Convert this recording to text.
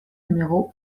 numéro